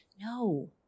No